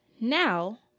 Now